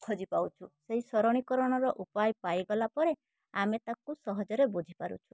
ଖୋଜି ପାଉଛୁ ସେଇ ସରଳୀକରଣର ଉପାୟ ପାଇଗଲା ପରେ ଆମେ ତାକୁ ସହଜରେ ବୁଝିପାରୁଛୁ